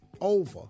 over